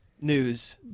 news